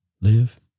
Live